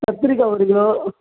கத்தரிக்காய் ஒரு கிலோ